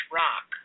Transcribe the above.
rock